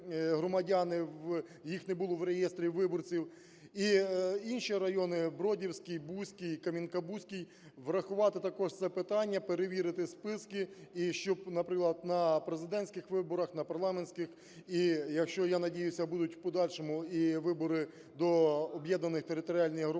їх не було в реєстрі виборців. І інші райони: Бродівський, Буський, Кам'янка-Бузький. Врахувати також це питання, перевірити списки і щоб, наприклад, на президентських виборах, на парламентських і якщо, я надіюсь, будуть у подальшому і вибори до об'єднаних територіальних громад,